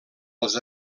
als